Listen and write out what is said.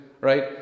right